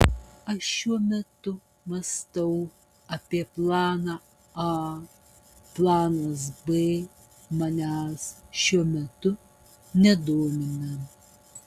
aš šiuo metu mąstau apie planą a planas b manęs šiuo metu nedomina